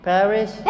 Paris